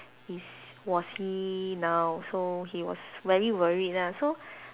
he's was he now so he was very worried lah so